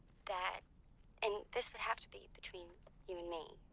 that and this would have to be between you and me.